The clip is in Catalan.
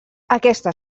aquesta